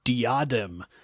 diadem